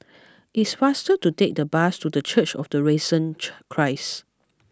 it is faster to take the bus to the Church of the Risen cheer Christ